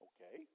Okay